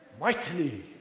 mightily